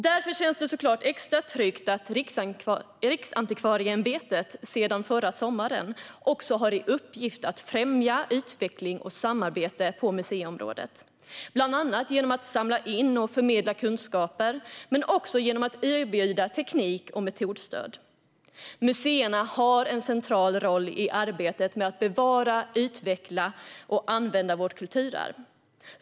Därför känns det extra tryggt att Riksantikvarieämbetet sedan förra sommaren också har i uppgift att främja utveckling och samarbete på museiområdet, bland annat genom att samla in och förmedla kunskaper men också genom att erbjuda teknik och metodstöd. Museerna har en central roll i arbetet med att bevara, utveckla och använda vårt kulturarv.